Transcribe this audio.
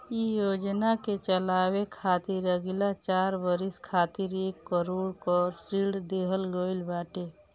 इ योजना के चलावे खातिर अगिला चार बरिस खातिर एक करोड़ कअ ऋण देहल गईल बाटे